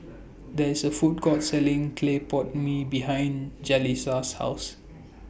There IS A Food Court Selling Clay Pot Mee behind Jalisa's House